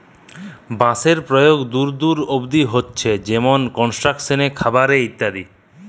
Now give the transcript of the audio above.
বাঁশের প্রয়োগ দূর দূর অব্দি হতিছে যেমনি কনস্ট্রাকশন এ, খাবার এ ইত্যাদি